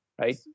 right